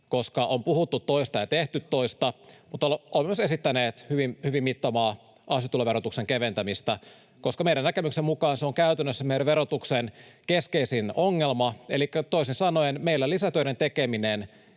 koska on puhuttu toista ja tehty toista — hyvin mittavaa ansiotuloverotuksen keventämistä, koska meidän näkemyksemme mukaan se on käytännössä meidän verotuksemme keskeisin ongelma. Elikkä toisin sanoen meillä lisätöiden tekeminen